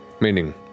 Meaning